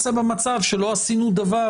היינו בסעיף השקיפות המוצע,